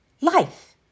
life